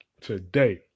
today